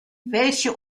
welche